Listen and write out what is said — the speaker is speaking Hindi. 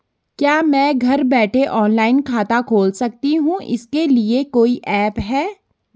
क्या मैं घर बैठे ऑनलाइन खाता खोल सकती हूँ इसके लिए कोई ऐप है?